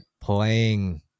playing